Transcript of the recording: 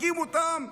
משתיקים אותם.